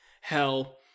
hell